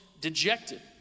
dejected